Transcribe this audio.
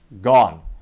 gone